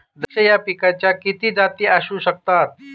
द्राक्ष या पिकाच्या किती जाती असू शकतात?